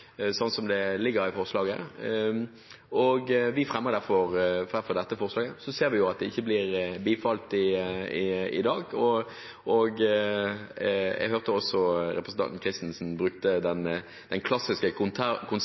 som det ligger i forslaget. Vi fremmer derfor dette forslaget. Vi ser at det ikke blir bifalt i dag, og jeg hørte også representanten Jette Christensen bruke den klassiske